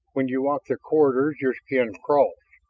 when you walk the corridors your skin crawls,